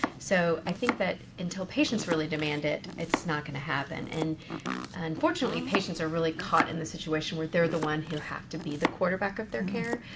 so i think that until patients really demand it, it's not going to happen. and unfortunately, patients are really caught in the situation where they're the one who have to be the quarterback of their care.